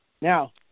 now